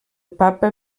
papa